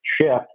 shift